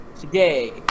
today